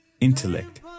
intellect